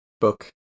book